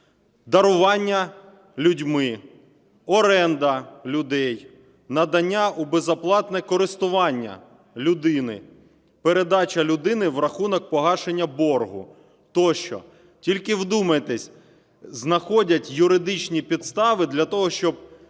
"дарування людьми", "оренда людей", "надання у безоплатне користування людини", "передача людини в рахунок погашення боргу" тощо. Тільки вдумайтесь, знаходять юридичні підстави для того, щоб